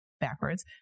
backwards